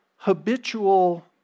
habitual